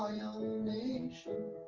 young nation